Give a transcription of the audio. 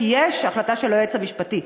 כי יש החלטה של היועץ המשפטי.